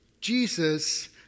Jesus